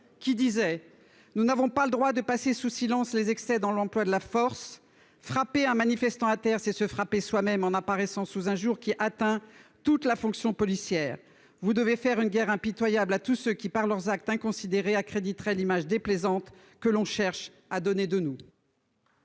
qui disait, nous n'avons pas le droit de passer sous silence les excès dans l'emploi de la force. Frapper un manifestant à terre c'est se frapper soi-même en apparaissant sous un jour qui atteint toute la fonction policière, vous devez faire une guerre impitoyable à tous ceux qui par leurs actes inconsidérés accréditerait l'image déplaisante, que l'on cherche à donner de nous.